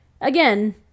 again